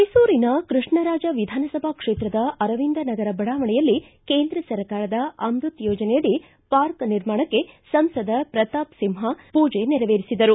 ಮೈಸೂರಿನ ಕೃಷ್ಣರಾಜ ವಿಧಾನಸಭಾ ಕ್ಷೇತ್ರದ ಅರವಿಂದ ನಗರ ಬಡಾವಣೆಯಲ್ಲಿ ಕೇಂದ್ರ ಸರ್ಕಾರದ ಅಮೃತ ಯೋಜನೆಯಡಿ ಪಾರ್ಕ್ ನಿರ್ಮಾಣಕ್ಕೆ ಸಂಸದ ಪ್ರತಾಪ್ ಸಿಂಹ ಪೂಜೆ ನೆರವೇರಿಸಿದರು